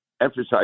emphasize